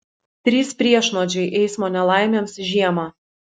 trys priešnuodžiai eismo nelaimėms žiemą